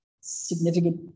significant